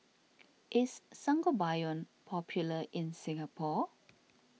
is Sangobion popular in Singapore